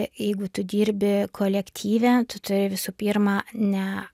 jeigu tu dirbi kolektyve tu turi visų pirma ne